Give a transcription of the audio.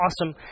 awesome